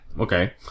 Okay